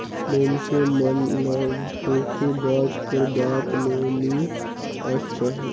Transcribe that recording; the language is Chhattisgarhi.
मइनसे मन ल धोखेबाज कर बात में नी आएक चाही